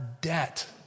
debt